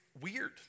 weird